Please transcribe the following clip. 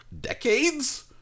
decades